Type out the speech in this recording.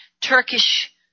Turkish